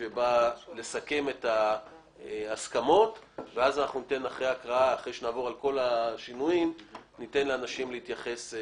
שבה נסכם את ההסכמות ואחרי שנעבור על כל השינויים ניתן לאנשים להתייחס.